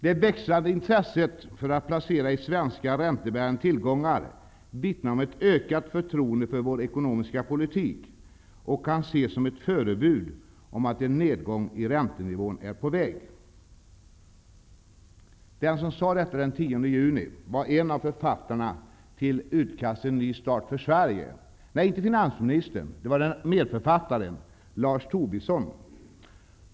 ''Det växande intresset utomlands för att placera i räntebärande svenska tillgångar vittnar om ett ökat förtroende för vår ekonomiska politik och kan ses som ett förebud om att en nedgång i räntenivån är på väg --.'' Den som sade detta den 10 juni var en av författarna till programmet ''Ny start för Sverige''. Nej, det var inte finansministern. Det var medförfattaren Lars Tobisson.